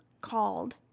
called